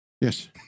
Yes